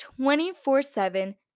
24-7